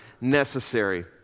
necessary